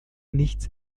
nichts